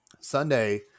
Sunday